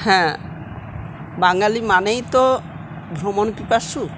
হ্যাঁ বাঙালি মানেই তো ভ্রমণপিপাসু